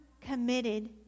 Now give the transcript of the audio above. committed